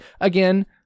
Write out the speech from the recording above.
again